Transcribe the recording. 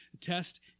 test